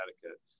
Connecticut